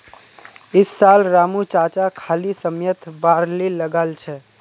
इस साल रामू चाचा खाली समयत बार्ली लगाल छ